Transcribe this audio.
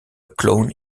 clone